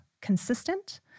consistent